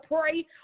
pray